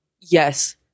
Yes